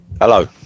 Hello